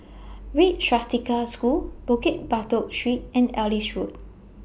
Red Swastika School Bukit Batok Street and Ellis Road